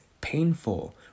painful